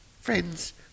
Friends